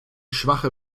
schwache